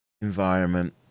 environment